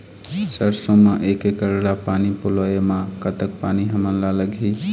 सरसों म एक एकड़ ला पानी पलोए म कतक पानी हमन ला लगही?